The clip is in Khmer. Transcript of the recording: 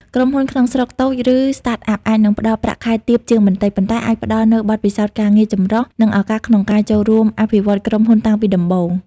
ក្រុមហ៊ុនក្នុងស្រុកតូច ឬ Startup អាចនឹងផ្តល់ប្រាក់ខែទាបជាងបន្តិច ប៉ុន្តែអាចផ្តល់នូវបទពិសោធន៍ការងារចម្រុះ និងឱកាសក្នុងការចូលរួមអភិវឌ្ឍក្រុមហ៊ុនតាំងពីដំបូង។